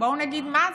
בואו נגיד מה זה.